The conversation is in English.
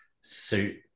suit